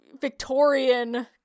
Victorian